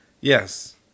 Yes